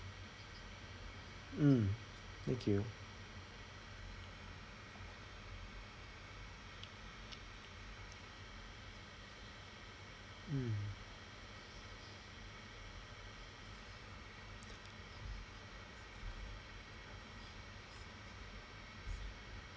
mm thank you mm